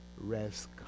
rest